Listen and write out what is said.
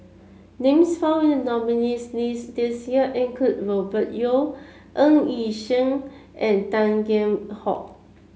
names found in the nominees' list this year include Robert Yeo Ng Yi Sheng and Tan Kheam Hock